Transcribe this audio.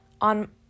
on